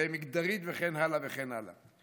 מגדרית, וכן הלאה וכן הלאה.